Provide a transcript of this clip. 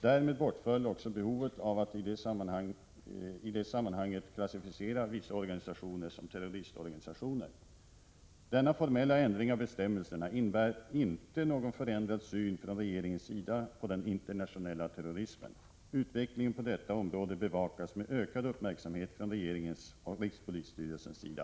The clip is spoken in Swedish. Därmed bortföll också behovet av att i det sammanhanget klassificera vissa organisationer som terroristorganisationer. Denna formella ändring av bestämmelserna innebär inte någon förändrad syn från regeringens sida på den internationella terrorismen. Utvecklingen på detta område bevakas med ökad uppmärksamhet från regringens och rikspolisstyrelsens sida.